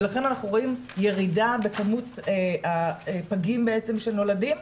ולכן אנחנו רואים ירידה בכמות הפגים שנולדים,